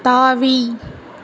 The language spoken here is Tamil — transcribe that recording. தாவி